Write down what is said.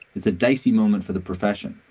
it's a dicey moment for the profession.